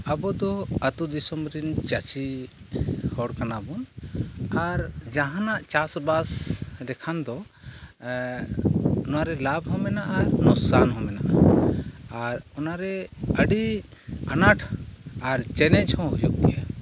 ᱟᱵᱚ ᱫᱚ ᱟᱹᱛᱩ ᱫᱤᱥᱚᱢ ᱨᱮᱱ ᱪᱟᱹᱥᱤ ᱦᱚᱲ ᱠᱟᱱᱟᱵᱚᱱ ᱟᱨ ᱡᱟᱦᱟᱱᱟᱜ ᱪᱟᱥᱵᱟᱥ ᱞᱮᱠᱷᱟᱱ ᱫᱚ ᱚᱱᱟᱨᱮ ᱞᱟᱵᱽ ᱦᱚᱸ ᱢᱮᱱᱟᱜᱼᱟ ᱞᱚᱥᱠᱟᱱ ᱦᱚᱸ ᱢᱮᱱᱟᱜᱼᱟ ᱟᱨ ᱚᱱᱟᱨᱮ ᱟᱹᱰᱤ ᱟᱱᱟᱴ ᱟᱨ ᱪᱮᱞᱮᱧᱡᱽ ᱦᱚᱸ ᱦᱩᱭᱩᱜ ᱜᱮᱭᱟ